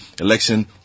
election